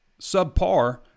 subpar